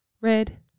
Red